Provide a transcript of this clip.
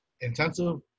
intensive